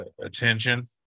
attention